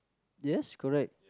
yes correct